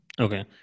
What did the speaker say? Okay